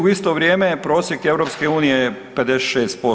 U isto vrijeme prosjek EU je 56%